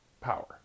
power